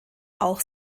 auch